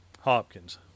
Hopkins